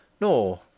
Nor